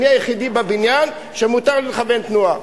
אני היחיד בבניין שמותר לו לכוון תנועה.